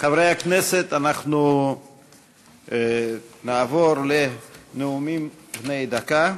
חברי הכנסת, נעבור לנאומים בני דקה.